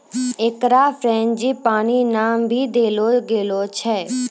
एकरा फ़्रेंजीपानी नाम भी देलो गेलो छै